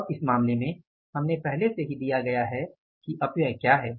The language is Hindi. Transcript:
अब इस मामले में हमें पहले से ही दिया गया है कि अपव्यय क्या है